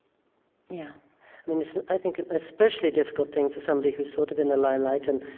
yeah i think an especially difficult thing for somebody who's sort of in the limelight and